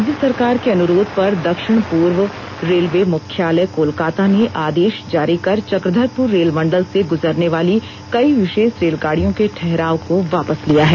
राज्य सरकार के अनुरोध पर दक्षिण पूर्व रेलवे मुख्यालय कोलकाता ने आदेष जारी कर चक्रधरपुर रेल मंडल से गुजरने वाली कई विशेष रेलगाड़ियों के ठहराव को वापस लिया है